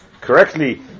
correctly